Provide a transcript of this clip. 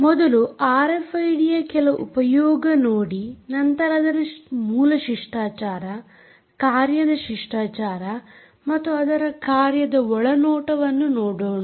ಮೊದಲು ಆರ್ಎಫ್ಐಡಿಯ ಕೆಲವು ಉಪಯೋಗ ನೋಡಿ ನಂತರ ಅದರ ಮೂಲ ಶಿಷ್ಟಾಚಾರ ಕಾರ್ಯದ ಶಿಷ್ಟಾಚಾರ ಮತ್ತು ಅದರ ಕಾರ್ಯದ ಒಳ ನೋಟವನ್ನು ನೋಡೋಣ